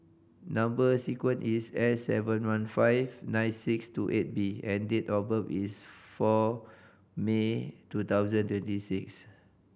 number sequence is S seven one five nine six two eight B and date of birth is four May two thousand twenty six